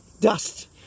dust